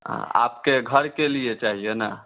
हाँ आपके घर के लिए चाहिए ना